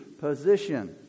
position